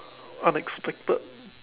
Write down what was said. unexpected